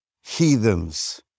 heathens